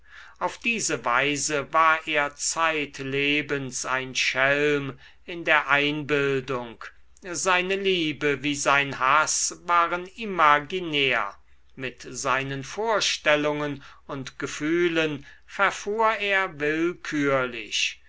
auf diese weise war er zeitlebens ein schelm in der einbildung seine liebe wie sein haß waren imaginär mit seinen vorstellungen und gefühlen verfuhr er willkürlich